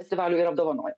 festivalių ir apdovanoja